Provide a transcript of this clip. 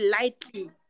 lightly